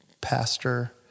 pastor